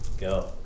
Go